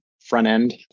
front-end